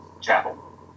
chapel